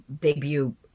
debut